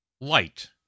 Light